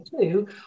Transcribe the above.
two